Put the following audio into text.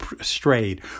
strayed